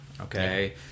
Okay